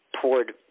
poured